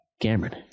Cameron